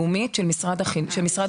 זו תוכנית לאומית של משרד הבריאות.